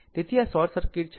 તેથી આ short circuit છે